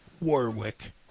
Warwick